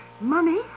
Money